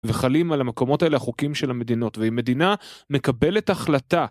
וחלים על המקומות האלה החוקים של המדינות והיא מדינה מקבלת החלטה